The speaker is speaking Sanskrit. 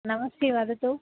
नमस्ते वदतु